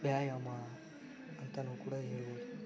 ವ್ಯಾಯಾಮ ಅಂತಲೂ ಕೂಡ ಹೇಳಬಹುದು